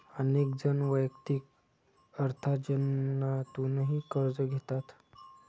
अनेक जण वैयक्तिक अर्थार्जनातूनही कर्ज घेतात